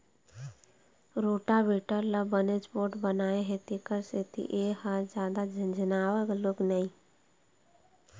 rotavator ल बनेच पोठ बनाए हे तेखर सेती ए ह जादा झनझनावय घलोक नई